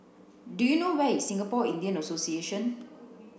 do you know where is Singapore Indian Association